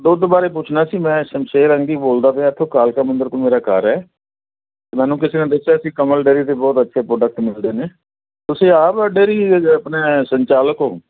ਦੁੱਧ ਬਾਰੇ ਪੁੱਛਣਾ ਸੀ ਮੈਂ ਸ਼ਮਸ਼ੇਰ ਅੰਗੀ ਬੋਲਦਾ ਪਿਆ ਇੱਥੋਂ ਕਾਲਕਾ ਮੰਦਰ ਕੋਲ ਮੇਰਾ ਘਰ ਹੈ ਅਤੇ ਮੈਨੂੰ ਕਿਸੇ ਨੇ ਦੱਸਿਆ ਸੀ ਕਮਲ ਡੇਰੀ 'ਤੇ ਬਹੁਤ ਅੱਛੇ ਪ੍ਰੋਡਕਟ ਮਿਲਦੇ ਨੇ ਤੁਸੀਂ ਆਪ ਡੇਰੀ ਆਪਣੇ ਸੰਚਾਲਕ ਹੋ